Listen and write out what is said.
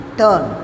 turn